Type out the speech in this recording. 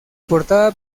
portada